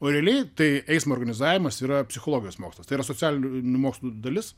o realiai tai eismo organizavimas yra psichologijos mokslas tai yra socialinių mokslų dalis